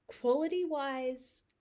quality-wise